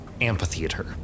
amphitheater